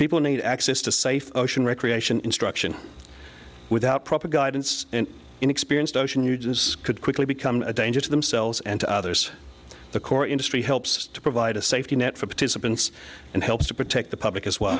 people need access to safe ocean recreation instruction without proper guidance an inexperienced ocean nugent's could quickly become a danger to themselves and to others the core industry helps to provide a safety net for partizan bins and helps to protect the public as well